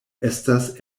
estas